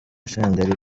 senderi